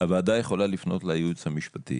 לייעוץ המשפטי